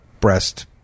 breast